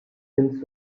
hin